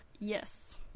Yes